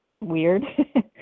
weird